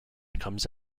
comes